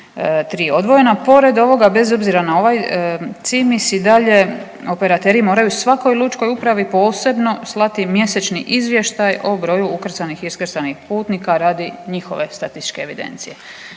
odvojena. Pored ovoga bez obzira na ovaj CIMIS i dalje operateri moraju svakoj lučkoj upravi posebno slati mjesečni izvještaj o broju ukrcanih iskrcanih putnika radi njihove statističke evidencije.